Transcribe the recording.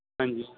ਹਾਂਜੀ